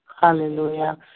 hallelujah